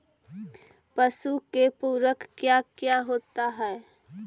पशु के पुरक क्या क्या होता हो?